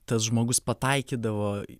tas žmogus pataikydavo